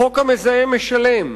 חוק המזהם משלם,